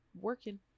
working